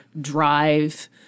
drive